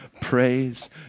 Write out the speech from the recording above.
praise